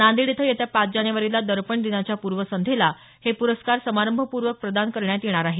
नांदेड इथं येत्या पाच जानेवारीला दर्पण दिनाच्या पूर्वसंध्येला हे पुरस्कार समारंभपूर्वक प्रदान करण्यात येणार आहेत